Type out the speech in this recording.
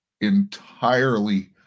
entirely